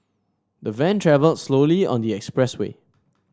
the van travel slowly on the expressway